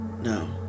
No